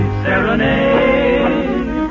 serenade